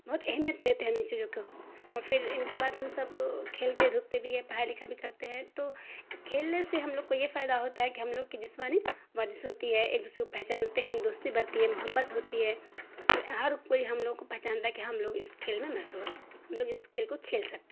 بہت اہمیت دیتے ہیں ہم ان چیزوں کو اور پھر ان کے بعد ہم سب کھیلتے دھوپتے بھی ہیں پڑھائی لکھائی بھی کرتے ہیں تو اس کھیلنے سے ہم لوگ کو یہ فائدہ ہوتا ہے کہ ہم لوگ کی جسمانی ورزش ہوتی ہے ایک دوسرے کو پہچانتے ہیں دوستی بڑھتی ہے محبت ہوتی ہے اور ہر کوئی ہم لوگ کو پہچانتا ہے کہ ہم لوگ اس کھیل میں مشہور ہیں ہم لوگ اس کھیل کو کھیل سکتے ہیں